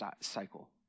cycle